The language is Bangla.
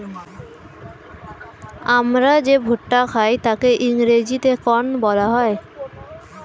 আমরা যে ভুট্টা খাই তাকে ইংরেজিতে কর্ন বলা হয়